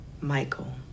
Michael